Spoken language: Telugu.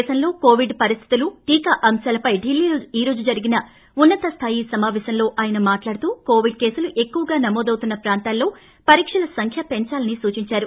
దేశంలో కొవిడ్ పరిస్తులుటీకా అంశాలపై ఢిల్లీలో ఈరోజు జరిగిన ఉన్నత స్తాయి సమాపేశంలో ఆయన మాట్హాడుతూ కొవిడ్ కేసులు ఎక్కువగా నమోదవుతున్న ప్రాంతాల్లో పరీక్షల సంఖ్య పెంచాలని సూచించారు